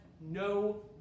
no